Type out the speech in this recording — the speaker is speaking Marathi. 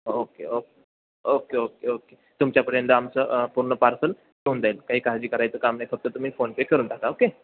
okay okay okay okay okay तुमच्यापर्यंत आमचं पूर्ण पार्सल घेऊन जाईल काही काळजी करायचं काम नाही फक्त तुम्ही फोनपे करून टाका ओके